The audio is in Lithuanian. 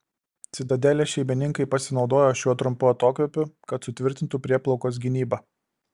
citadelės šeimininkai pasinaudojo šiuo trumpu atokvėpiu kad sutvirtintų prieplaukos gynybą